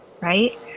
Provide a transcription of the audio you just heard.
right